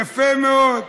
יפה מאוד.